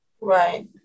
right